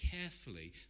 carefully